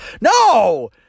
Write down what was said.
No